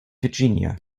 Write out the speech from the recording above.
virginia